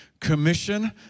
commission